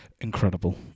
incredible